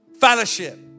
fellowship